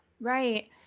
Right